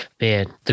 Man